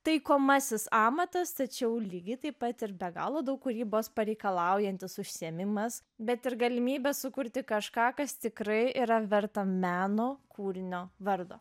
taikomasis amatas tačiau lygiai taip pat ir be galo daug kūrybos pareikalaujantis užsiėmimas bet ir galimybė sukurti kažką kas tikrai yra verta meno kūrinio vardo